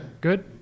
good